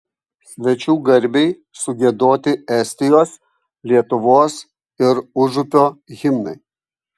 svečių garbei sugiedoti estijos lietuvos ir užupio himnai